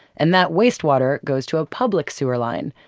and that wastewater goes to a public sewer line,